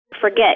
forget